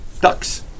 Ducks